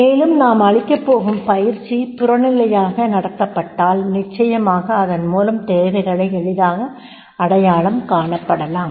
மேலும் நாம் அளிக்கப் போகும் பயிற்சி புறநிலையாக நடத்தப்பட்டால் நிச்சயமாக அதன் மூலம் தேவைகளை எளிதாக அடையாளம் காணப்படலாம்